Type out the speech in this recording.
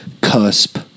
cusp